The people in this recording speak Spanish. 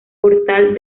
portal